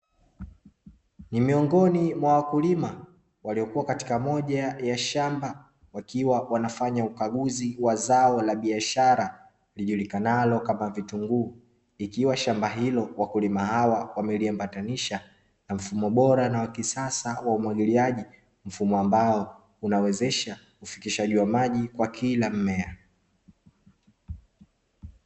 Ni miongoni mwa wakulima waliokuwa katika moja ya shamba wakiwa wanafanya ukaguzi wa zao la biashara lijulikanalo kama vitunguu, ikiwa shamba hilo wakulima hawa wameliambatanisha na mfumo bora na wa kisasa wa umwagiliaji, mfumo ambao unawezesha usafirishaji wa maji kwa kila mmea.